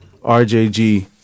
RJG